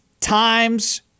times